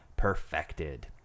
perfected